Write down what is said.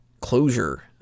closure